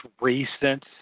recent